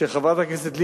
שחברת הכנסת לבני,